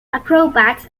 acrobat